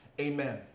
Amen